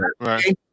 right